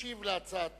ישיב להצעה